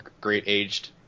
great-aged